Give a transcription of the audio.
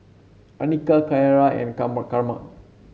Annika Ciara and Carma Carma